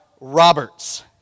Roberts